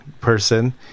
person